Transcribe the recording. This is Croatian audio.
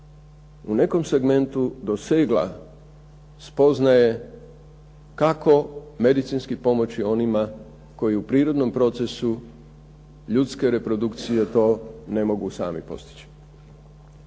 u nekom segmentu dosegla spoznaje kako medicinski pomoći oni koji u prirodnom procesu ljudske reprodukcije to ne mogu sami postići.